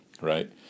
right